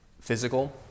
physical